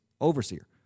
overseer